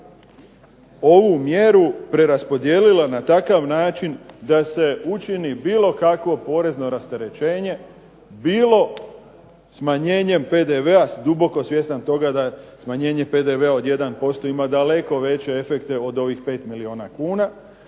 ovu mjeru preraspodjelila na takav način da se učini bilo kakvo porezno rasterećenje bilo smanjenjem PDV-a, ja sam duboko svjestan toga da smanjenje PDV-a od 1% ima daleko veće efekte od ovih 5 milijuna kuna.